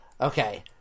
Okay